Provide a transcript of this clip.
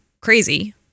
crazy